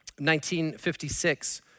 1956